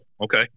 Okay